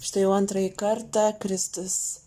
štai jau antrąjį kartą kristus